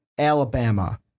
Alabama